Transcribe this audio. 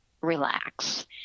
relax